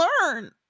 learn